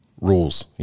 rules